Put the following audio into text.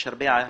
יש הרבה בעיות.